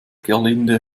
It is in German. gerlinde